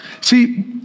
See